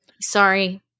sorry